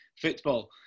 football